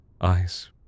eyes